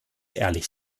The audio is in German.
ehrlich